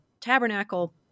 tabernacle